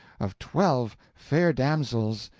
of twelve fair damsels,